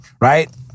Right